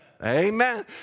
Amen